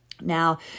Now